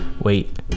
wait